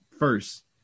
First